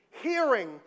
hearing